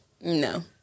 No